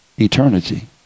eternity